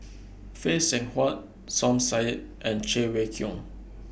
Phay Seng Whatt Som Said and Cheng Wai Keung